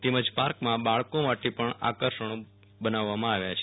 તેમજ પાર્કમાં બાળકો માટે પણ આકર્ષણો પણ બનાવવામાં આવ્યા છે